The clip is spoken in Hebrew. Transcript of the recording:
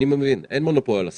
אני מבין - אין מונופול על השכל.